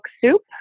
Soup